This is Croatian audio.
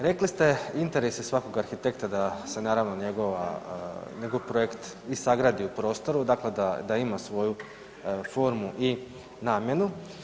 Rekli ste interese svakog arhitekta da se naravno njegov projekt i sagradi u prostoru, dakle da ima svoju formu i namjenu.